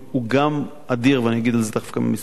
הוא גם אדיר ואני אגיד על זה תיכף כמה מלים,